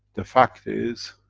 the fact is,